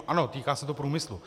Ano, týká se to průmyslu.